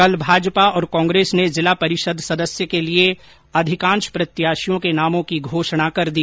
कल भाजपा और कांग्रेस ने जिला परिषद सदस्य के लिए अधिकांश प्रत्याशियों के नामों की घोषणा कर दी